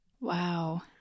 Wow